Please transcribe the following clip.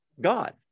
God